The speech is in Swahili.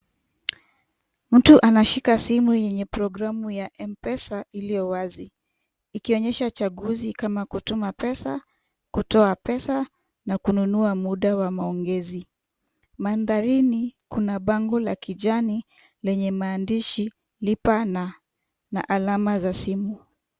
Mtu anashika simu yenye program ya M-Pesa iliyo wazi. Ikionyesha chaguzi kama kutuma pesa, kutoa pesa na kununua muda wa maongezi. Mandharini kuna bango la kijani lenye maandishi lipa na alama za simu.